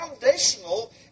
foundational